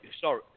sorry